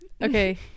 okay